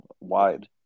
wide